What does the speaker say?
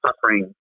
suffering